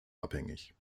abhängig